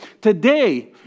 today